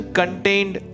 contained